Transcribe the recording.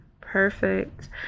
Perfect